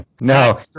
No